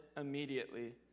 immediately